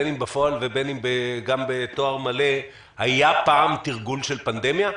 בין אם בפועל או בתואר מלא היה פעם תרגול של פנדמיה?